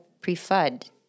preferred